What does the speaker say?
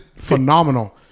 phenomenal